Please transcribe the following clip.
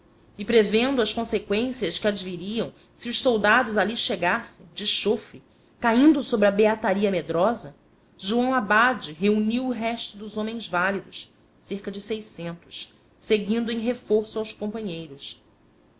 e prevendo as conseqüências que adviriam se os soldados ali chegassem de chofre caindo sobre a beataria medrosa joão abade reuniu o resto dos homens válidos cerca de seiscentos seguindo em reforço aos companheiros